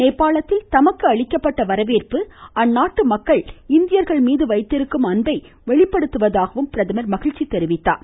நேபாளத்தில் தனக்கு அளிக்கப்பட்ட வரவேற்பு அந்நாட்டு மக்கள் இந்தியர்கள் மீது வைத்திருக்கும் அன்பை வெளிப்படுத்துவதாகவும் பிரதமர் மகிழ்ச்சி தெரிவித்தார்